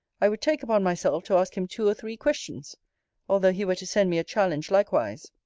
i would take upon myself to ask him two or three questions although he were to send me a challenge likewise.